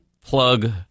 Plug